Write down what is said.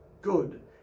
good